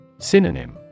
Synonym